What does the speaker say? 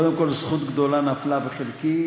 קודם כול, זכות גדולה נפלה בחלקי